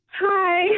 Hi